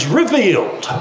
revealed